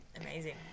Amazing